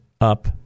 up